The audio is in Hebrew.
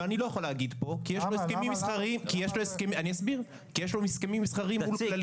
אבל אני לא יכול להגיד פה כי יש לו הסכמים מסחריים מול כללית.